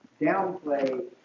downplay